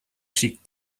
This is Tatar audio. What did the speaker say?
шик